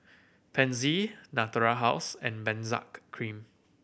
Pansy Natura House and Benzac Cream